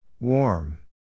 Warm